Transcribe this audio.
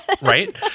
Right